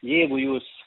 jeigu jūs